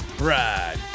ride